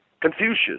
Confucius